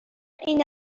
این